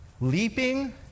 leaping